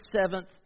seventh